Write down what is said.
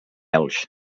elx